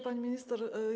Pani Minister!